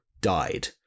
died